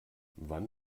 wann